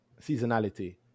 seasonality